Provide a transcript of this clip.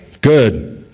Good